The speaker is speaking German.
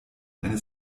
eine